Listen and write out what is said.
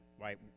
right